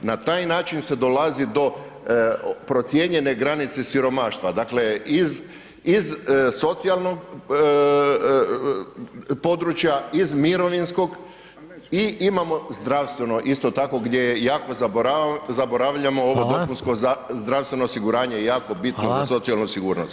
Na taj način se dolazi do procijenjene granice siromaštva, dakle iz socijalnog područja, iz mirovinskog i imamo zdravstveno isto tako gdje iako zaboravljamo ovo dopunsko zdravstveno osiguranje je jako bitno za socijalnu sigurnost.